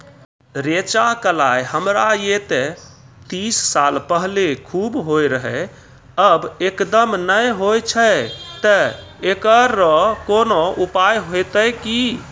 रेचा, कलाय हमरा येते तीस साल पहले खूब होय रहें, अब एकदम नैय होय छैय तऽ एकरऽ कोनो उपाय हेते कि?